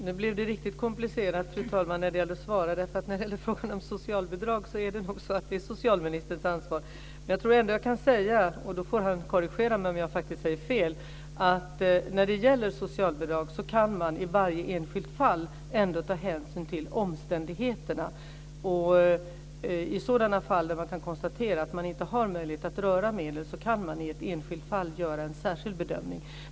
Fru talman! Nu blev det komplicerat att svara, för frågan om socialbidrag är nog socialministerns ansvar. Men jag tror ändå att jag kan säga, och då får han korrigera mig om jag säger fel, att när det gäller socialbidrag kan man i varje enskilt fall ta hänsyn till omständigheterna. I sådana fall där man kan konstatera att man inte har möjlighet att röra medlen kan man i ett enskilt fall göra en särskild bedömning.